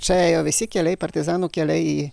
čia ėjo visi keliai partizanų keliai į